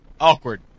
Awkward